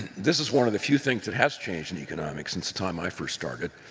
this is one of the few things that has changed in economics since the time i first started.